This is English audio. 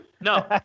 No